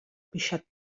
pixat